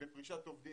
בפרישת עובדים.